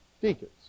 deacons